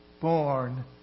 born